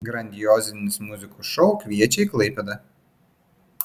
grandiozinis muzikos šou kviečia į klaipėdą